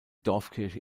dorfkirche